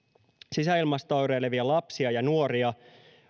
sisäilmasta oireilevia lapsia ja nuoria